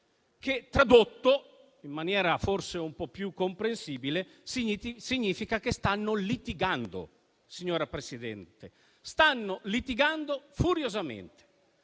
che - tradotto in maniera forse un po' più comprensibile - significa che stanno litigando, signora Presidente. Stanno litigando furiosamente